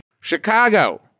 Chicago